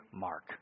Mark